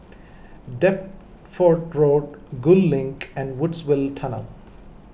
Deptford Road Gul Link and Woodsville Tunnel